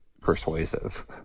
persuasive